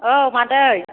औ मादै